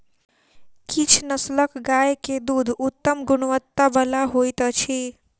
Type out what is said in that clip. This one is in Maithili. किछ नस्लक गाय के दूध उत्तम गुणवत्ता बला होइत अछि